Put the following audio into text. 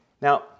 Now